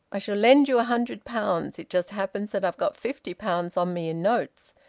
i shall lend you a hundred pounds. it just happens that i've got fifty pounds on me in notes.